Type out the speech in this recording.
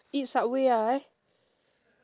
eat subway ah eh